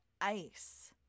ice